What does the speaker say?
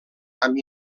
amb